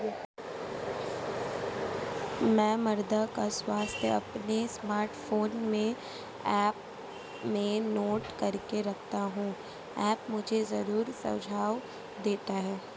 मैं मृदा का स्वास्थ्य अपने स्मार्टफोन में ऐप में नोट करके रखता हूं ऐप मुझे जरूरी सुझाव देता है